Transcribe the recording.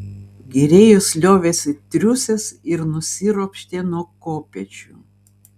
grėjus liovėsi triūsęs ir nusiropštė nuo kopėčių